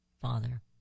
Father